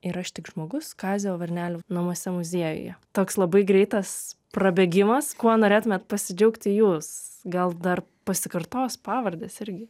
ir aš tik žmogus kazio varnelio namuose muziejuje toks labai greitas prabėgimas kuo norėtumėt pasidžiaugti jūs gal dar pasikartos pavardės irgi